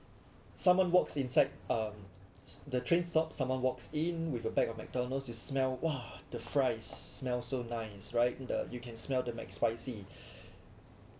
someone walks inside um the train stop someone walks in with a bag of McDonald's you smell !wah! the fries smelled so nice right the you can smell the McSpicy